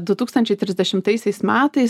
du tūkstančiai trisdešimtaisiais metais